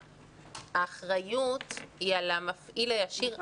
האחריות היא על המפעיל הישיר?